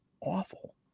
awful